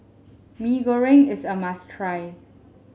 Mee Goreng is a must try